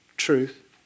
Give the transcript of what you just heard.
truth